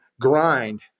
grind